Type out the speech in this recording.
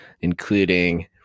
including